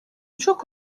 çok